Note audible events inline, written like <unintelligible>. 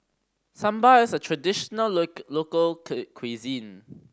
sambar is a traditional <unintelligible> local <unintelligible> cuisine